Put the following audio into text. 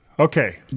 Okay